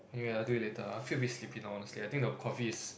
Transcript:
anyway I'll do it later lah I feel a bit sleepy now honestly I think the coffee is